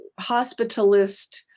hospitalist